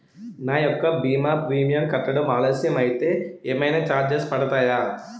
నా యెక్క భీమా ప్రీమియం కట్టడం ఆలస్యం అయితే ఏమైనా చార్జెస్ పడతాయా?